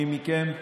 מי מכם?